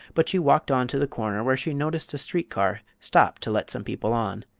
but she walked on to the corner, where she noticed a street car stop to let some people on.